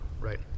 right